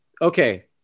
okay